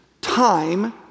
Time